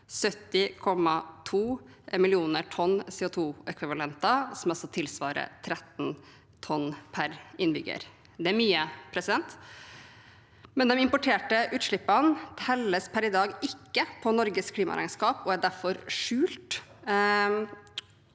70,2 millioner tonn CO2-ekvivalenter, som altså tilsvarer 13 tonn per innbygger. Det er mye. Men de importerte utslippene telles per i dag ikke med i Norges klimaregnskap og er derfor «skjulte»